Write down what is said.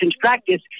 practice